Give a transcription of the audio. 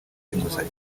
inguzanyo